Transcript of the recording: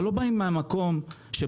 אבל לא באים מהמקום שבאתם: